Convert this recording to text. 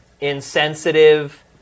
insensitive